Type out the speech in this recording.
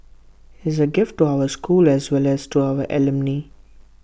is A gift to our school as well as to our alumni